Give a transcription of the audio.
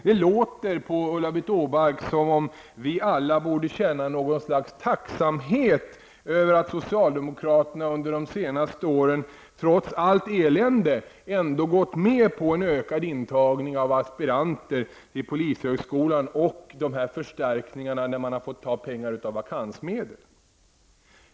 Det låter på Ulla-Britt Åbark som om vi alla borde känna någon slags tacksamhet över att socialdemokraterna trots allt elände ändå till slut gått med på en ökad intagning av aspiranter till polishögskolan.